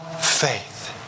faith